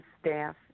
staff